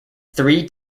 three